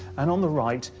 and on the right,